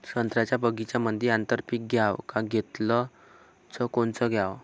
संत्र्याच्या बगीच्यामंदी आंतर पीक घ्याव का घेतलं च कोनचं घ्याव?